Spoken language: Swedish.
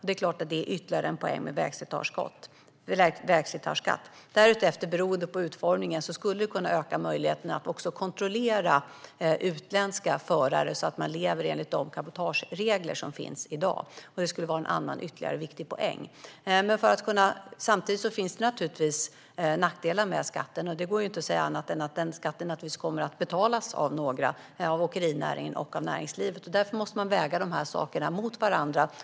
Därutöver skulle det, beroende på utformningen, kunna öka möjligheterna för att kontrollera att utländska förare följer de cabotageregler som finns i dag. Det skulle vara ytterligare en annan viktig poäng. Samtidigt finns det nackdelar med skatten. Det går inte att säga annat än att den kommer att betalas av några, av åkerinäringen och näringslivet. Därför måste man väga de här sakerna mot varandra.